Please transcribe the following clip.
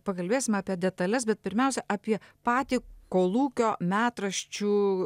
pakalbėsim apie detales bet pirmiausia apie patį kolūkio metraščių